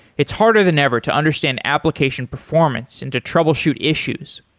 it's harder than ever to understand application performance and to troubleshoot issues.